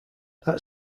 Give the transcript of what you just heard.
that